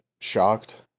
shocked